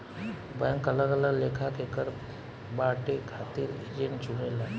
bank अलग अलग लेखा के कर बांटे खातिर एजेंट चुनेला